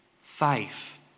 faith